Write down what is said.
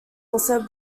also